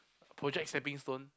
project stepping stone